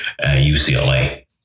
UCLA